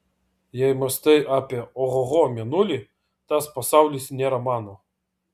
jei mąstai apie ohoho mėnulį tas pasaulis nėra mano